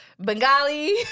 Bengali